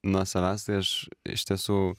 nuo savęs tai aš iš tiesų